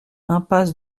impasse